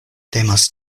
temas